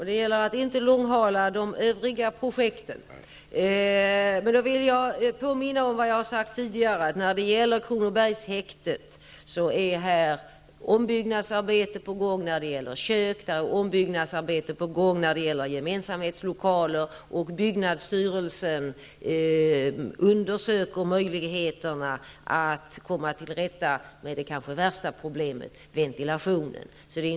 Det gäller att inte långhala de övriga projekten. Jag vill påminna om vad jag har sagt tidigare när det gäller Kronobergshäktet. Ombyggnadsarbete är på gång när det gäller kök och gemensamhetslokaler, och byggnadsstyrelsen undersöker möjligheterna att komma till rätta med det kanske värsta problemet, ventilationen.